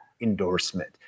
endorsement